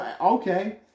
Okay